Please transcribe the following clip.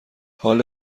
حال